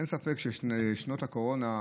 אין ספק ששנת הקורונה,